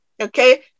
Okay